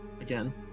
again